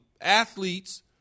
Athletes